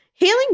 Healing